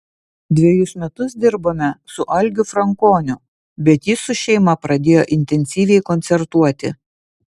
dvejus metus dirbome su algiu frankoniu bet jis su šeima pradėjo intensyviai koncertuoti